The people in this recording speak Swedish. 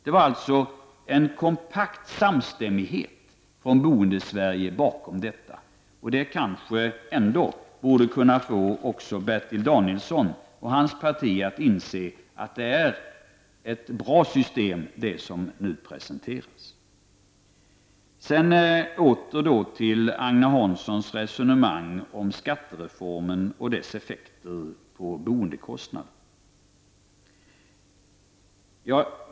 Det fanns en kompakt samstämmighet från Boendesverige bakom detta. Det borde kunna få även Bertil Danielsson och hans parti att inse att det nu presenterade systemet är bra. Agne Hansson resonerade kring skattereformen och dess effekter på boendekostnaderna.